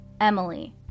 Emily